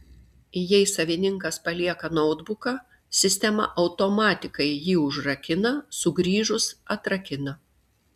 jei savininkas palieka noutbuką sistema automatikai jį užrakina sugrįžus atrakina